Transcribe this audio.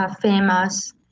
famous